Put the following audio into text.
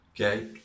okay